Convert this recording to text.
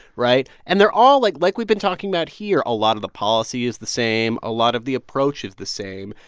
right? and they're all, like like we've been talking about here, a lot of the policy is the same. a lot of the approach is the same.